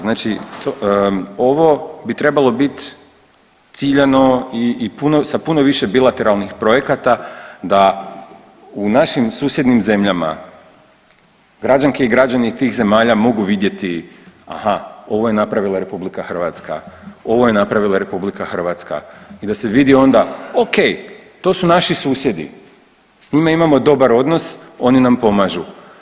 Znači ovo bi trebalo biti ciljani i puno, sa puno više bilateralnih projekata da u našim susjednim zemljama građanke i građani tih zemalja mogu vidjeti, aha ovo je napravila RH, ovo je napravila RH i da se vidi onda ok to su naši susjedi, s njima imamo dobar odnos oni nam pomažu.